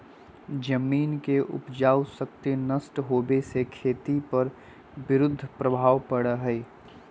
जमीन के उपजाऊ शक्ति नष्ट होवे से खेती पर विरुद्ध प्रभाव पड़ा हई